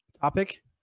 topic